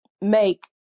make